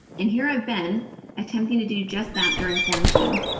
and here i've been attempting to do just that during quarantine,